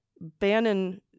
Bannon